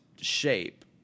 shape